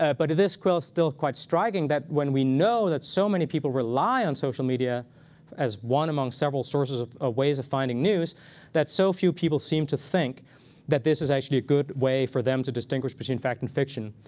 ah but it is still quite striking that when we know that so many people rely on social media as one among several sources of ah ways of finding news that so few people seem to think that this is actually a good way for them to distinguish between fact and fiction.